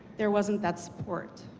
there wasn't that support.